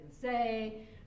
say